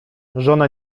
żona